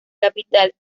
capital